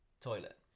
toilet